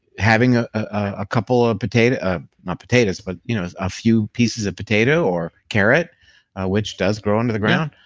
having ah a couple of potatoes. ah not potatoes, but you know a few pieces of potato or carrot which does grow in and the ground,